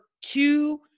two